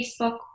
Facebook